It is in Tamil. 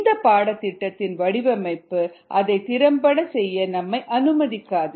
இந்த பாடத்திட்டத்தின் வடிவமைப்பு அதை திறம்பட செய்ய நம்மை அனுமதிக்காது